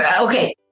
okay